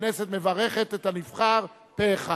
הכנסת מברכת את הנבחר פה-אחד.